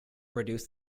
produce